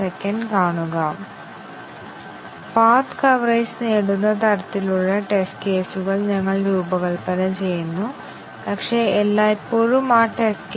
basic condition coverage ഒന്നാണെന്ന് ഞങ്ങൾ കണ്ടു അവിടെ ഓരോ ഘടകങ്ങളും ശരിയും തെറ്റായ മൂല്യങ്ങളും കണക്കാക്കണം